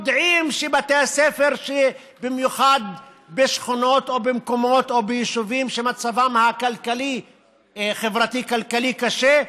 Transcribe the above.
יודעים שבמיוחד בשכונות או במקומות או ביישובים שמצבם החברתי-כלכלי קשה,